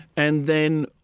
and then,